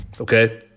okay